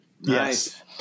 Yes